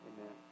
Amen